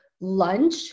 lunch